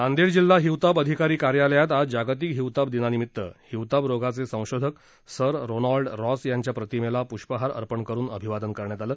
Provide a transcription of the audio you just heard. नांदेड जिल्हा हिवताप अधिकारी कार्यालयात आज जागतीक हिवताप दिनानिमित्त हिवताप रोगाचे संशोधक सर रोनॉल्ड रॉस यांच्या प्रतिमेला पुष्पहार अर्पण करून अभिवादन करण्यात आलं